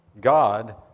God